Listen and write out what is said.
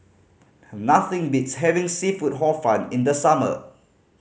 nothing beats having seafood Hor Fun in the summer